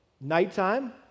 nighttime